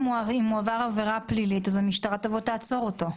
אם הוא עבר עבירה פלילית המשטרה תעצור אותו.